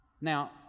Now